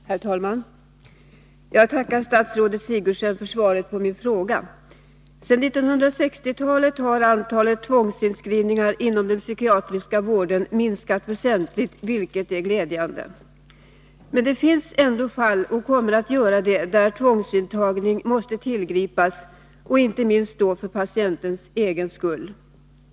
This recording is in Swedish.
Herr talman! Jag tackar statsrådet Sigurdsen för svaret på min fråga. Sedan 1960-talet har antalet tvångsinskrivningar inom den psykiatriska vården minskat väsentligt, vilket är glädjande. Men det finns ändå och kommer att finnas fall där tvångsintagning måste tillgripas, inte minst för patientens egen skull.